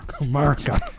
America